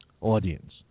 audience